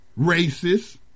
racist